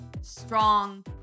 strong